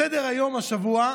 בסדר-היום השבוע,